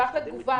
אשמח לתגובה.